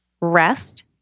rest